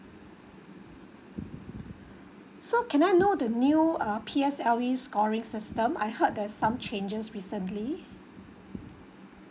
so can I know the new uh P_S_L_E scoring system I heard there's some changes recently